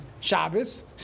Shabbos